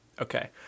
okay